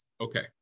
Okay